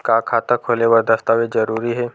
का खाता खोले बर दस्तावेज जरूरी हे?